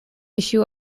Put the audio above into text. issue